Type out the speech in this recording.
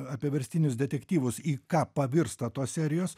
apie verstinius detektyvus į ką pavirsta tos serijos